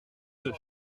deux